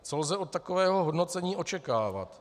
Co lze od takového hodnocení očekávat?